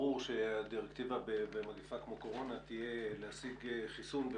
ברור שהדירקטיבה במגפה כמו קורונה תהיה להשיג חיסון,